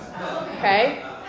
okay